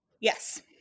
Yes